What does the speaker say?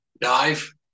Dive